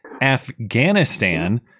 Afghanistan